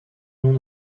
non